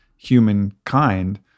Humankind